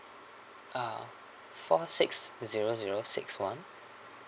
ah four six zero zero six one